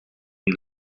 die